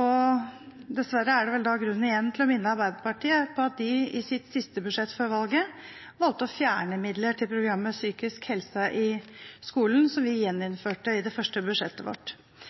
og dessverre er det vel igjen grunn til å minne Arbeiderpartiet på at de i sitt siste budsjett før valget valgte å fjerne midler til programmet for psykisk helse i skolen, som vi gjeninnførte i det første budsjettet vårt.